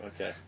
Okay